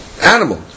Animal